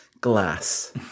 Glass